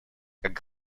как